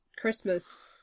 Christmas